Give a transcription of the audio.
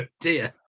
dear